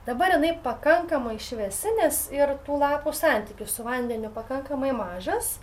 dabar jinai pakankamai šviesi nes ir tų lapų santykis su vandeniu pakankamai mažas